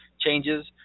changes